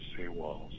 seawalls